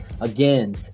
again